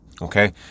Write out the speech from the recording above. Okay